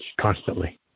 constantly